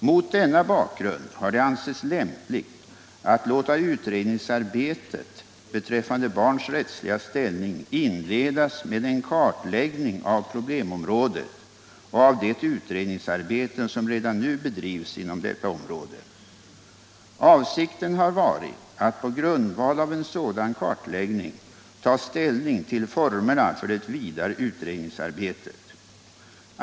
Mot denna bakgrund har det ansetts lämpligt att låta utredningsarbetet beträffande barns rättsliga ställning inledas med en kartläggning av problemområdet och av det utredningsarbete som redan nu bedrivs inom detta område. Avsikten har varit att på grundval av en sådan kartläggning ta ställning till formerna för det vidare utredningsarbetet.